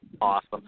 awesome